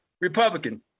Republican